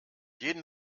jeden